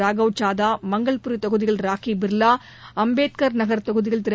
ராகவ் சதா மங்கள்புரி தொகுதியில் ராகி பிர்வா அம்பேத்கர் நகர் தொகுதியில் திரு